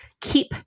keep